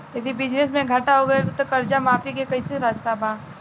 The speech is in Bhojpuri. यदि बिजनेस मे घाटा हो गएल त कर्जा माफी के कोई रास्ता बा?